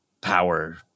power